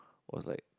was like